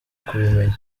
kubimenya